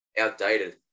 Outdated